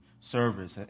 service